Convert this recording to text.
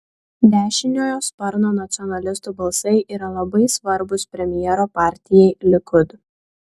dešiniojo sparno nacionalistų balsai yra labai svarbūs premjero partijai likud